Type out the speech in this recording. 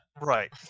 Right